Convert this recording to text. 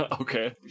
Okay